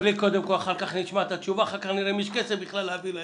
קודם נקבל את התשובה ואחר כך נראה אם בכלל יש כסף להעביר לארגונים.